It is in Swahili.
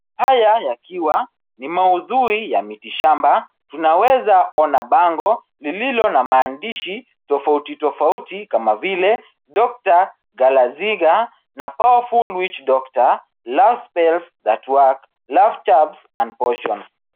Haya yakiwa ni mahudhui ya mitishamba. Tunaweza ona bango lililo na maandishi tofauti tofauti kama vile doctor Galaziga na powerful witch doctor, love spells that work, love chubs and potions .